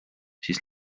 siis